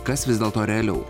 kas vis dėlto realiau